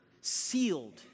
sealed